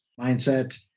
mindset